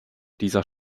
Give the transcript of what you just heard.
dieser